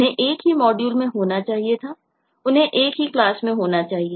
उन्हें एक ही मॉड्यूल में होना चाहिए था उन्हें एक ही क्लास में होना चाहिए